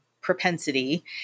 propensity